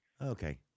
Okay